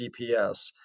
GPS